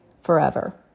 forever